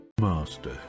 Master